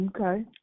Okay